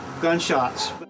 gunshots